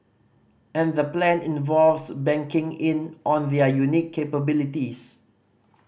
and the plan involves banking in on their unique capabilities